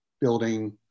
building